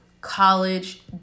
college